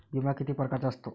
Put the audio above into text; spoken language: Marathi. बिमा किती परकारचा असतो?